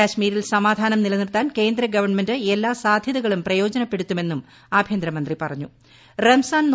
കാശ്മീരിൽ സമാധാനം നിലനിർത്താൻ ക്കേന്ദ്രഗവൺമെന്റ് എല്ലാ സാധ്യതകളും പ്രയോജനപ്പെടുത്തുമെന്നും ആഭ്യന്തരമന്ത്രി റംസാൻ പ്രിയമാണ് പറഞ്ഞു